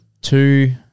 Two